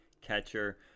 catcher